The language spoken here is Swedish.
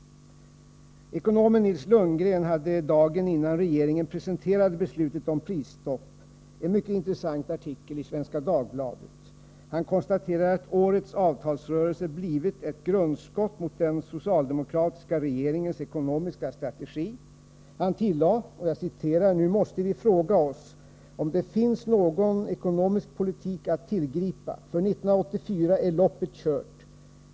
Ekonomen Nils Lundgren hade dagen innan regeringen presenterade beslutet om prisstopp en mycket intessant artikel i Svenska Dagbladet. Han konstaterar att årets avtalsrörelse blivit ett grundskott mot den socialdemokratiska regeringens ekonomiska strategi. Han tillade: ”Nu måste vi fråga oss om det finns någon ekonomisk politik att tillgripa. För 1984 är loppet kört.